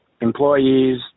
employees